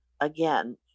again